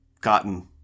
gotten